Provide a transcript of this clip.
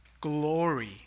glory